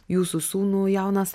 jūsų sūnų jaunas